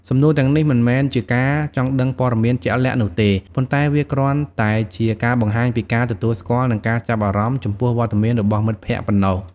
សំណួរទាំងនេះមិនមែនជាការចង់ដឹងព័ត៌មានជាក់លាក់នោះទេ ប៉ុន្តែវាគ្រាន់តែជាការបង្ហាញពីការទទួលស្គាល់និងការចាប់អារម្មណ៍ចំពោះវត្តមានរបស់មិត្តភក្តិប៉ុណ្ណោះ។